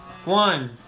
One